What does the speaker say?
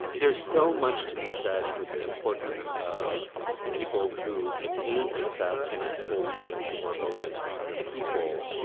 there's so much to be said for the importance of people who attain success, kind of holding the door open for other people.